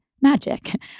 magic